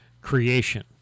creation